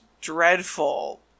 dreadful